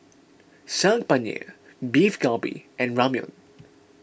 Saag Paneer Beef Galbi and Ramyeon